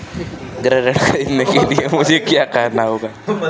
गृह ऋण ख़रीदने के लिए मुझे क्या करना होगा?